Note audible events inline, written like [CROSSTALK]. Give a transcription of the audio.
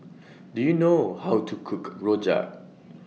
[NOISE] Do YOU know How to Cook Rojak